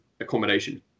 accommodation